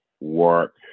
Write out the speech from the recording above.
work